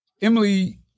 Emily